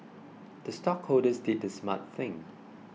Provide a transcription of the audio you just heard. the stockholders did the smart thing